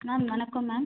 ma'am வணக்கம் ma'am